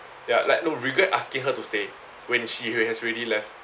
ya like no regret asking her to stay when she has already left